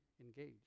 engaged